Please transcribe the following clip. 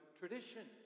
tradition